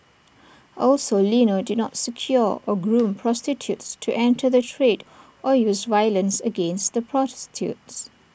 also Lino did not secure or groom prostitutes to enter the trade or use violence against the prostitutes